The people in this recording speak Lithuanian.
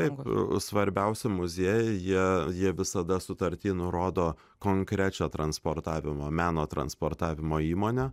taip svarbiausi muziejai jie jie visada sutarty nurodo konkrečią transportavimo meno transportavimo įmonę